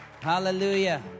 Hallelujah